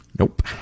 Nope